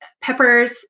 peppers